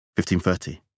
1530